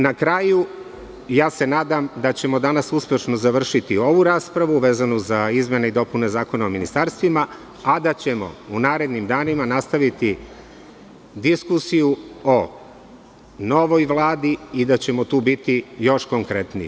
Na kraju, nadam se da ćemo danas uspeti da uspešno završiti ovu raspravu vezanu za izmene i dopune Zakona o ministarstvima, a da ćemo u narednim danima nastaviti diskusiju o novoj Vladi i da ćemo tu biti još konkretniji.